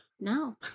No